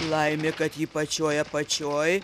laimė kad ji pačioj apačioj